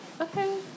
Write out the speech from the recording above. Okay